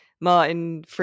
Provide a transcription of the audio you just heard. Martin